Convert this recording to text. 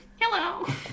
hello